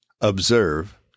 observe